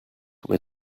with